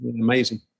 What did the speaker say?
amazing